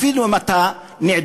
אפילו אם אתה נעדר.